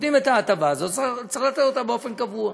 נותנים את ההטבה הזאת, צריך לתת אותה באופן קבוע.